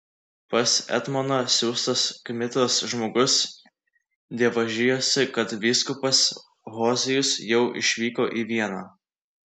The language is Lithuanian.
pas etmoną siųstas kmitos žmogus dievažijosi kad vyskupas hozijus jau išvyko į vieną